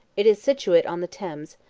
it is situate on the thames,